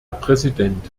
präsident